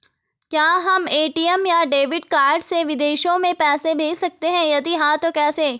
क्या हम ए.टी.एम या डेबिट कार्ड से विदेशों में पैसे भेज सकते हैं यदि हाँ तो कैसे?